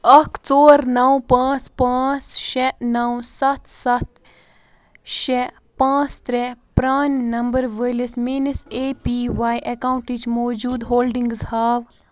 اَکھ ژور نَو پانٛژھ پانٛژھ شےٚ نَو سَتھ سَتھ شےٚ پانٛژھ ترٛےٚ پرٛان نمبر وٲلِس میٛٲنِس اے پی واے اٮ۪کاُنٹٕچ موجوٗد ہولڈِنٛگٕز ہاو